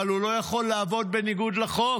אבל הוא לא יכול לעבוד בניגוד לחוק.